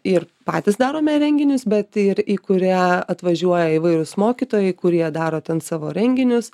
ir patys darome renginius bet ir į kurią atvažiuoja įvairūs mokytojai kurie daro ten savo renginius